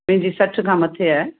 मुंहिंजी सठ खां मथे आहे